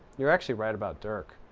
you're actually right about dirk.